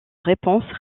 réponse